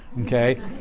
Okay